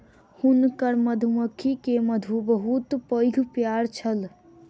हुनकर मधुमक्खी के मधु के बहुत पैघ व्यापार छल